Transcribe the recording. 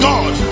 God